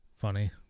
Funny